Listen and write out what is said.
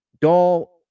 Doll